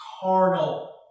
carnal